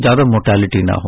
ज्यादा मोर्टेलिटी न हो